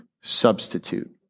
substitute